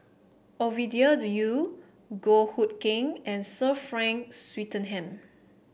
Ovidia Yu Goh Hood Keng and Sir Frank Swettenham